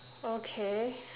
okay